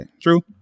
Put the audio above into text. True